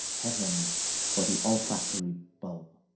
heaven for the olfactory bulb.